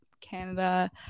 Canada